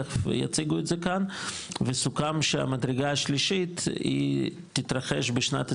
תיכף יציגו את זה כאן וסוכם שהמדרגה השלישית היא תתרחש בשנת 23,